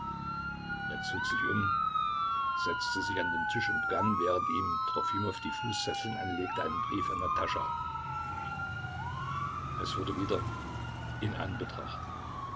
er zog sich um setzte sich an den tisch und begann während ihm trofimow die fußfesseln anlegte einen brief an natascha es wurde wieder in anbetracht